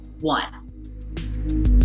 one